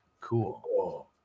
cool